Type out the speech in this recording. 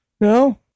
No